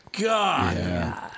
God